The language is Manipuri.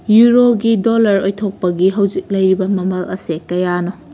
ꯌꯨꯔꯣꯒꯤ ꯗꯣꯂꯔ ꯑꯣꯏꯊꯣꯛꯄꯒꯤ ꯍꯧꯖꯤꯛ ꯂꯩꯔꯤꯕ ꯃꯃꯜ ꯑꯁꯤ ꯀꯌꯥꯅꯣ